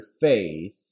faith